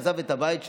עזב את הבית שלו.